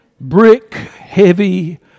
brick-heavy